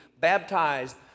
baptized